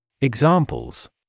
Examples